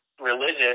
religious